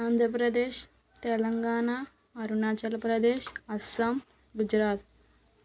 Andhra Pradesh Telangana Arunachal Pradesh Assam Gujarat